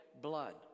blood